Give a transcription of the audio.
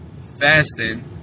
fasting